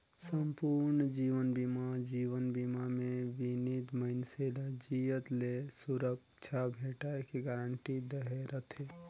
संपूर्न जीवन बीमा जीवन बीमा मे बीमित मइनसे ल जियत ले सुरक्छा भेंटाय के गारंटी दहे रथे